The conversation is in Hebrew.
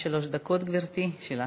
שלוש דקות, גברתי, שלך.